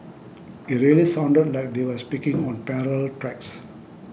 it really sounded like they were speaking on parallel tracks